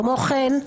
כמו כן,